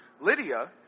Lydia